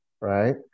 right